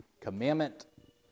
commandment